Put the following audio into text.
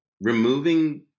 removing